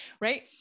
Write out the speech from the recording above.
Right